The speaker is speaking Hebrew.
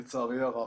לצערי הרב.